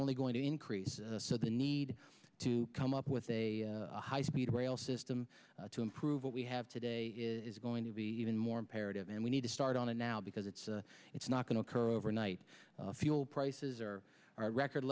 only going to increase so the need to come up with a high speed rail system to improve what we have today is going to be even more imperative and we need to start on it now because it's it's not going to occur overnight fuel prices are record